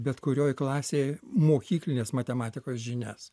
bet kurioj klasėj mokyklinės matematikos žinias